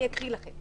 אני אקריא לכם.